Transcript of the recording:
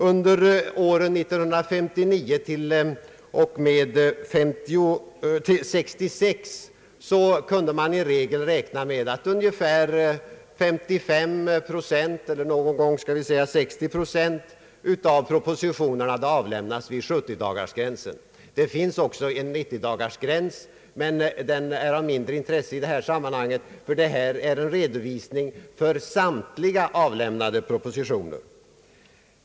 Under åren 1959 till och med 1966 kunde man i regel räkna med att ungefär 55 procent — eller någon gång 60 procent — av propositionerna hade avlämnats vid sjuttiodagarsgränsen. Det finns också en nittiodagarsgräns, men den är av mindre intresse i sammanhanget, eftersom detta är en redovisning avseende samtliga avlämnade propositioner.